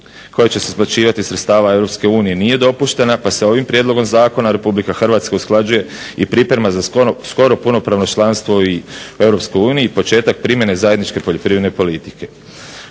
koje će se isplaćivati iz sredstava Europske unije nije dopuštena pa se ovim prijedlogom zakona Republika Hrvatska usklađuje i priprema za skoro punopravno članstvo u Europskoj uniji, početak primjene zajedničke poljoprivredne politike.